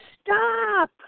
stop